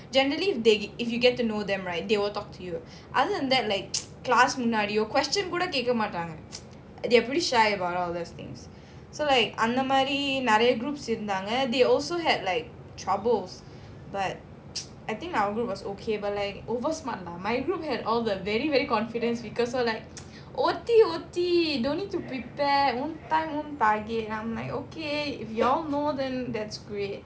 generally they if you get to know them right they will talk to you other than that like class முன்னாடியோ:munnadio question கூடகேட்கமாட்டாங்க:kooda ketka matanga they are pretty shy about all those things so like அந்தமாதிரிநெறய:andha madhiri neraya groups இருந்தாங்க:irunthanga they also had like troubles but I think our group was okay but like over smart lah my group had all the very very confident speaker so like don't need to prepare own time own target I'm like okay if you all know then that's great